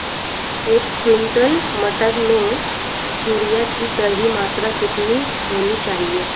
एक क्विंटल मटर में यूरिया की सही मात्रा कितनी होनी चाहिए?